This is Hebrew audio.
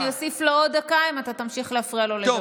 אני אוסיף לו עוד דקה אם אתה תמשיך להפריע לו לדבר.